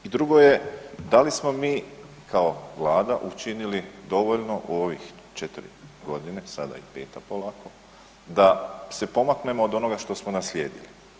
I drugo je, da li smo mi kao Vlada učinili dovoljno u ovih četiri godine, sada i peta polako da se pomaknemo od onoga što smo naslijedili.